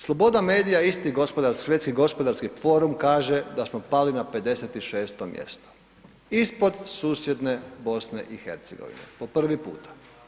Sloboda medija, isti gospodarski Svjetski gospodarski forum kaže da smo pali na 56 mjesto, ispod susjedne BiH po prvi puta.